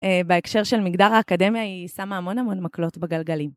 בהקשר של מגדר האקדמיה היא שמה המון המון מקלות בגלגלים.